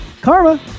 karma